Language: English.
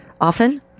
often